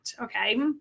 okay